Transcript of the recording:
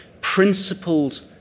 principled